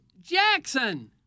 Jackson